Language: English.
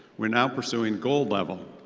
we're now pursuing gold level.